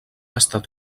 estat